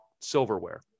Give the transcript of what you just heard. silverware